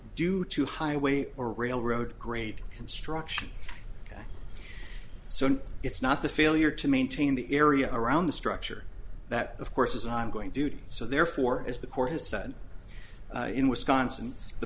due to highway or railroad grade construction so it's not the failure to maintain the area around the structure that of course is ongoing duty so therefore as the court has said in wisconsin the